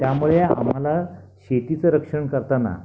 त्यामुळे आम्हाला शेतीचं रक्षण करताना